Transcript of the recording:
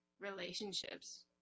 relationships